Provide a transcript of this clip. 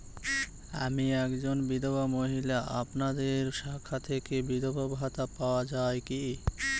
আমি একজন বিধবা মহিলা আপনাদের শাখা থেকে বিধবা ভাতা পাওয়া যায় কি?